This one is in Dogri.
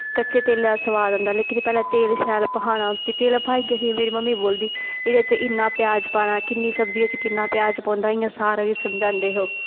कच्चे तेले दा स्वाद आंदा लेकिन पैह्लें तेल शैल भखाना फ्ही तेल भखाइयै फ्ही मेरी मम्मी बोलदी एहदे च इन्ना प्याज पाना किन्नी सब्जी च किन्ना प्याज पौंदा इ'यां सारे गी समझांदे हे ओह्